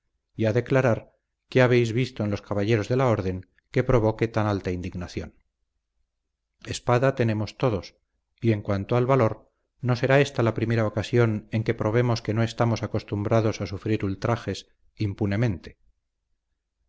y a declarar qué habéis visto en los caballeros de la orden que provoque tan alta indignación espada tenemos todos y en cuanto al valor no será esta la primera ocasión en que probemos que no estamos acostumbrados a sufrir ultrajes impunemente